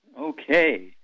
Okay